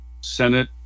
Senate